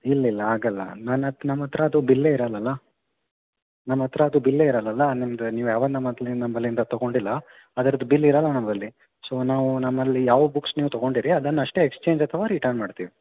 ಇಲ್ಲ ಇಲ್ಲ ಆಗೋಲ್ಲ ನನ್ನ ಹತ್ ನಮ್ಮ ಹತ್ರ ಅದು ಬಿಲ್ಲೇ ಇರೋಲ್ಲಲ ನಮ್ಮ ಹತ್ರ ಅದು ಬಿಲ್ಲೇ ಇರೋಲ್ಲಲ ನಿಮ್ಮದು ನೀವು ಯಾವಾಗ ನಮ್ಮ ಹತ್ ನಮ್ಮಲ್ಲಿಂದ ತೊಗೊಂಡಿಲ್ಲ ಅದ್ರದ್ದು ಬಿಲ್ ಇರೋಲ್ಲ ನಮ್ಮಲ್ಲಿ ಸೊ ನಾವು ನಮ್ಮಲ್ಲಿ ಯಾವ ಬುಕ್ಸ್ ನೀವು ತೊಗೊಂಡೀರಿ ಅದನ್ನಷ್ಟೇ ಎಕ್ಸ್ಚೇಂಜ್ ಅಥವಾ ರಿಟರ್ನ್ ಮಾಡ್ತೀವಿ